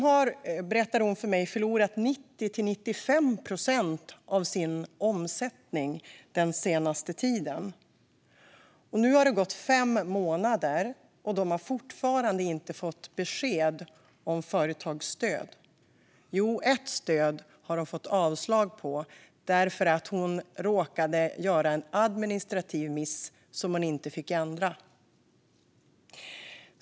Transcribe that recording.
Hon berättade för mig att de har förlorat 90-95 procent av sin omsättning den senaste tiden, och efter fem månader har de fortfarande inte fått besked om företagsstöd. Jo, ett stöd fick de avslag på eftersom hon råkade göra en administrativ miss som hon inte fick ändra.